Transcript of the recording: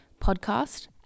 Podcast